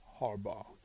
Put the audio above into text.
Harbaugh